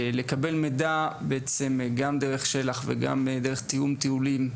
נקבל מידע גם דרך של״ח וגם דרך תיאום טיולים.